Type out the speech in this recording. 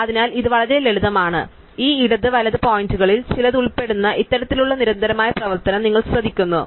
അതിനാൽ ഇത് വളരെ ലളിതമാണ് അതിനാൽ ഈ ഇടത് വലത് പോയിന്ററുകളിൽ ചിലത് ഉൾപ്പെടുന്ന ഇത്തരത്തിലുള്ള നിരന്തരമായ പ്രവർത്തനം നിങ്ങൾ ശ്രദ്ധിക്കുന്നു